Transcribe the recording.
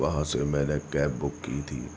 وہاں سے میں نے کیب بک کی تھی